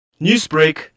Newsbreak